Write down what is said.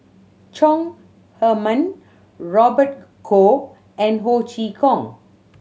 Chong Heman Robert Goh and Ho Chee Kong